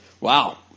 Wow